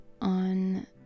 on